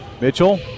Mitchell